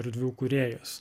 erdvių kūrėjus